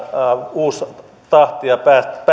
uusi tahti ja